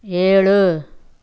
ஏழு